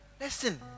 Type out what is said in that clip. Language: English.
listen